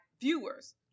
viewers